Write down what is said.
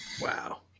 Wow